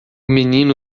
menino